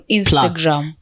Instagram